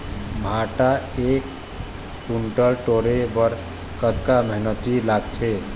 भांटा एक कुन्टल टोरे बर कतका मेहनती लागथे?